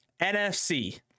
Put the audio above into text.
nfc